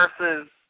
versus